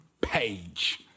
page